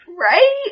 right